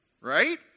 Right